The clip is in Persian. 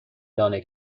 دانه